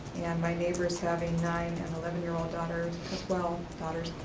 my neighbors have a nine and eleven year old daughter as well, daughters.